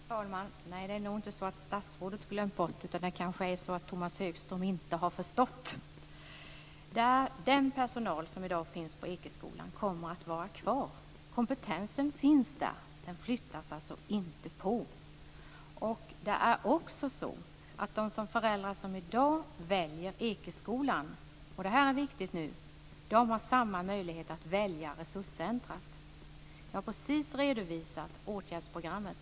Fru talman! Nej, det är nog inte så att statsrådet har glömt bort, utan det är kanske så att Tomas Högström inte har förstått. Den personal som i dag finns på Ekeskolan kommer att vara kvar. Kompetensen flyttas inte bort. Det är också så att de föräldrar som i dag väljer Ekeskolan - och det är viktigt - har samma möjlighet att välja resurscentret. Jag har precis redovisat åtgärdsprogrammet.